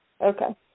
Okay